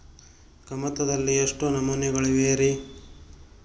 ಕಮತದಲ್ಲಿ ಎಷ್ಟು ನಮೂನೆಗಳಿವೆ ರಿ?